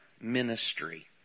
ministry